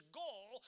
goal